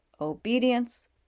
obedience